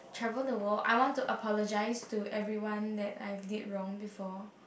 travel the world I want to apologise to everyone that I have did wrong before